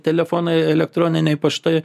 telefonai elektroniniai paštai